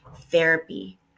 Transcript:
therapy